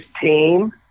team